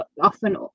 often